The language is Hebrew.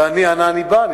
ואני אנה אני בא,